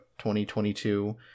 2022